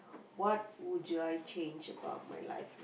what would I change about my life